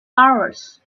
hours